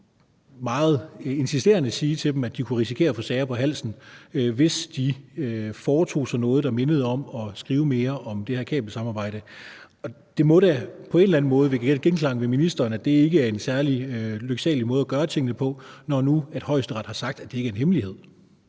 meget insisterende til dem, at de kunne risikere at få sager på halsen, hvis de foretog sig noget, der mindede om at skrive mere om det her kabelsamarbejde. Og det må da på en eller anden måde vække genklang hos ministeren, altså i forhold til at det ikke er en særlig lyksalig måde at gøre tingene på, når nu Højesteret har sagt, at det ikke er en hemmelighed.